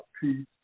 peace